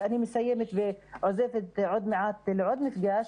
ואני מסיימת ומצטרפת לעוד מפגש.